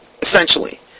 essentially